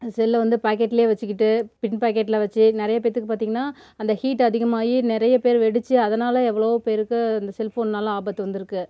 செல்லை வந்து பாக்கெட்டில் வச்சுக்கிட்டு பின்பாக்கெட்டில் வச்சு நிறைய பேற்றுக்கு பார்த்தீங்கன்னா அந்த ஹீட் அதிகமாகி நிறைய பேர் வெடித்து அதனால் எவ்வளோவோ பேருக்கு இந்த செல்ஃபோன்னால் ஆபத்து வந்துருக்கு